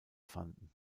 fanden